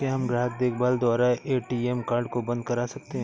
क्या हम ग्राहक देखभाल द्वारा ए.टी.एम कार्ड को बंद करा सकते हैं?